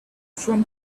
from